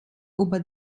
über